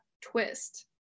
twist